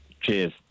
cheers